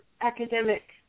academic